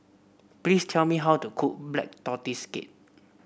please tell me how to cook Black Tortoise Cake